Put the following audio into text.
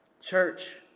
Church